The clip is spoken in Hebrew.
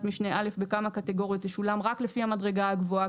משנה (א) בכמה קטגוריות תשולם רק לפי המדרגה הגבוהה,